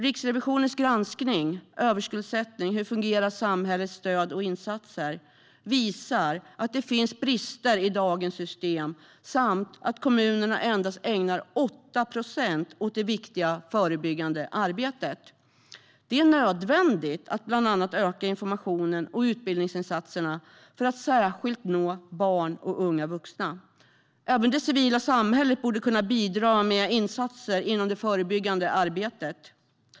Riksrevisionens granskning Överskuldsättning - hur fungerar samhällets stöd och insatser? visar att det finns brister i dagens system och att kommunerna endast ägnar 8 procent åt det viktiga förebyggande arbetet. Det är nödvändigt att bland annat öka informationen och utbildningsinsatserna för att särskilt nå barn och unga vuxna. Även det civila samhället borde kunna bidra med insatser inom det förebyggande området.